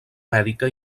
mèdica